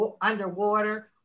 underwater